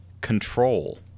Control